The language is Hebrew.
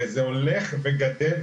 וזה הולך וגדל.